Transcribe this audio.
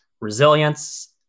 resilience